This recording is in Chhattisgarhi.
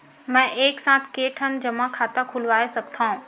मैं एक साथ के ठन जमा खाता खुलवाय सकथव?